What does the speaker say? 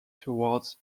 towards